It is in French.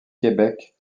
québec